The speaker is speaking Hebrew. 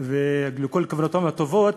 ולכל כוונותיו הטובות,